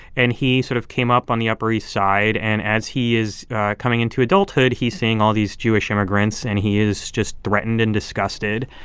and he sort of came up on the upper east side. and as he is coming into adulthood, he's seeing all these jewish immigrants. and he is just threatened and disgusted.